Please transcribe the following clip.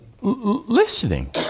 Listening